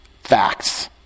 Facts